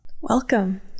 Welcome